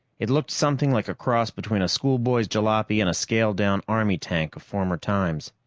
it looked something like a cross between a schoolboy's jalopy and a scaled-down army tank of former times.